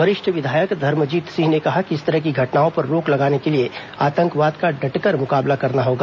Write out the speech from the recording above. वरिष्ठ विधायक धर्मजीत सिंह ने कहा कि इस तरह की घटनाओं पर रोक लगाने के लिए आतंकवाद का डटकर मुकाबला करना होगा